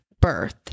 birth